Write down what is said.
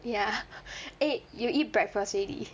ya eh you eat breakfast already